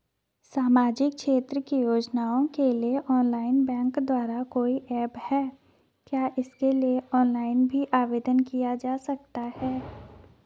सामाजिक क्षेत्र की योजनाओं के लिए ऑनलाइन बैंक द्वारा कोई ऐप है क्या इसके लिए ऑनलाइन भी आवेदन किया जा सकता है?